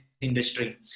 industry